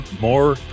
more